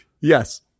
Yes